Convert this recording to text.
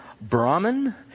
Brahman